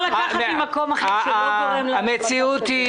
המציאות היא